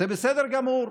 וזה בסדר גמור,